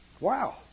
Wow